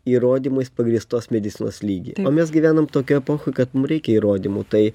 įrodymais pagrįstos medicinos lygį o mes gyvenam tokioj epochoj kad mum reikia įrodymų tai